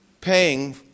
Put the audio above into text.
paying